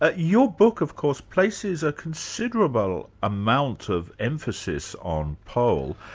ah your book of course places a considerable amount of emphasis on paul,